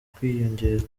kwiyongera